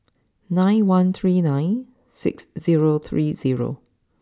nine one three nine six zero three zero